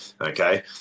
Okay